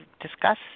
discuss